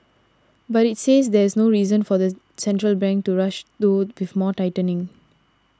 but it says there's no reason for the central bank to rush though with more tightening